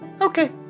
Okay